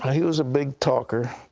he was a big talker,